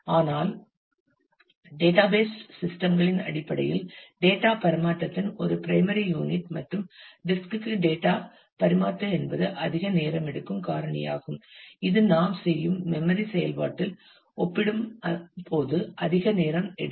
ஆனால் database system களின் அடிப்படையில் டேட்டா பரிமாற்றத்தின் ஒரு பிரைமரி யூனிட் மற்றும் டிஸ்க் க்கு டேட்டா பரிமாற்றம் என்பது அதிக நேரம் எடுக்கும் காரணியாகும் இது நாம் செய்யும் மெம்மரி செயல்பாட்டில் ஒப்பிடும்போது அதிக நேரம் எடுக்கும்